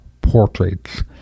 portraits